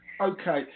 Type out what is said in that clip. okay